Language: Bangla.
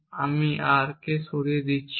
আমি R কে সরিয়ে দিচ্ছি না